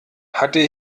hatte